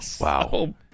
Wow